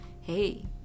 Hey